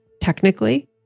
technically